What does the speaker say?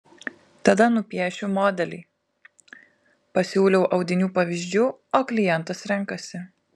tada nupiešiu modelį pasiūlau audinių pavyzdžių o klientas renkasi